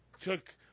took